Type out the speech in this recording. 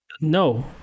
No